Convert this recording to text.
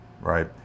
right